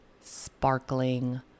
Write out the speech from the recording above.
sparkling